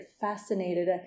fascinated